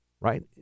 Right